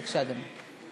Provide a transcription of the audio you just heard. בבקשה, אדוני.